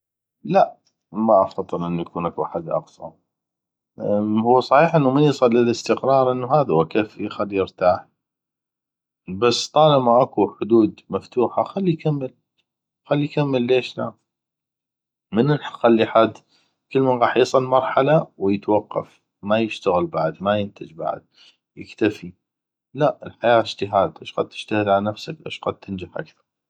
لا ما افضل انو يكون اكو حد اقصى هو صحيح انو من يصل لللاستقرار انو هذوه كفي خلس يرتاح بس طالما اكو حدود مفتوحه خلي يكمل خلي يكمل ليش لا من نخلي حد كلمن غاخ يصل مرحله ويتوقف ما يشتغل بعد ما ينتج بعد يكتفي لا الحياه اجتهاد اشقد تجتهد على نفسك اشقد تنتج اكثغ